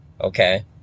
okay